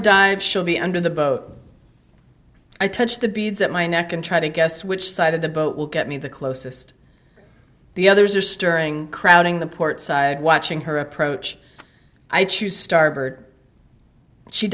dives shall be under the boat i touched the beads at my neck and try to guess which side of the boat will get me the closest the others are stirring crowding the port side watching her approach i choose starboard she